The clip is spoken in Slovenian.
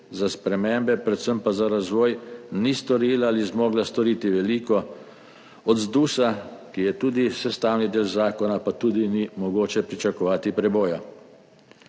za spremembe, predvsem pa za razvoj, ni storila ali zmogla storiti veliko, od ZDUS, ki je tudi sestavni del zakona, pa tudi ni mogoče pričakovati preboja.